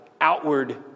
outward